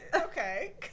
okay